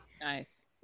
Nice